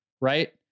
Right